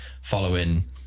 following